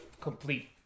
complete